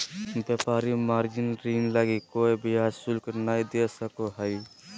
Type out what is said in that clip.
व्यापारी मार्जिन ऋण लगी कोय ब्याज शुल्क नय दे सको हइ